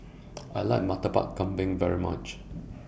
I like Murtabak Kambing very much